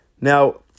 Now